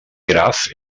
graf